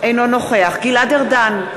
אינו נוכח גלעד ארדן,